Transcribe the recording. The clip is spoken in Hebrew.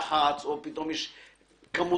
לטעמנו.